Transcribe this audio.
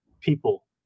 people